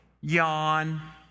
Yawn